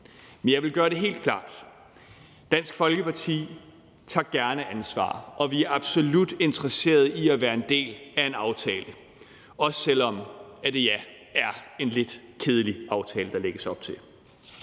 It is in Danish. Men jeg vil gøre det helt klart, at Dansk Folkeparti gerne tager ansvar, og vi er absolut interesseret i at være en del af en aftale, også selv om at det, ja, er en lidt kedelig aftale, der lægges op til.